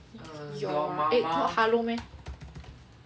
your eh not hello meh